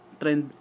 trend